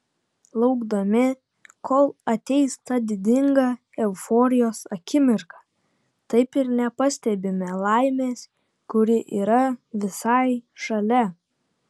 laukdami kol ateis ta didinga euforijos akimirka taip ir nepastebime laimės kuri yra visai šalia